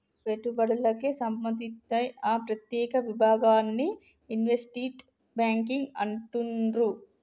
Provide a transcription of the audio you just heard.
పెట్టుబడులకే సంబంధిత్తే ఆ ప్రత్యేక విభాగాన్ని ఇన్వెస్ట్మెంట్ బ్యేంకింగ్ అంటుండ్రు